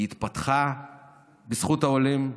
התפתחה בזכות העולים,